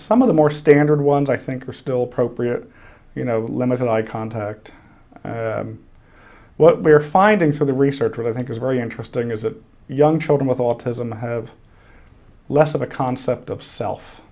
some of the more standard ones i think are still propre it you know limited eye contact what we're finding so the research that i think is very interesting is that young children with autism have less of a concept of self